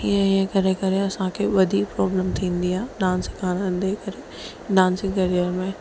ईअं ईअं करे करे असांखे वॾी प्रॉब्लम थींदी आहे डांस सेखारंदे करे